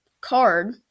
card